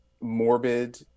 morbid